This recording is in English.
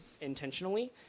intentionally